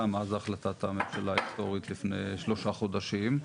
מאז החלטת הממשלה ההיסטורית לפני שלושה חודשים.